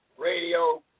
Radio